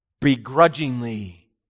Begrudgingly